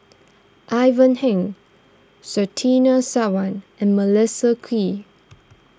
Ivan Heng Surtini Sarwan and Melissa Kwee